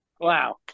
Wow